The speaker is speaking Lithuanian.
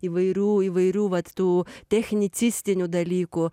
įvairių įvairių vat tų technicistinių dalykų